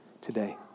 today